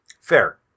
Fair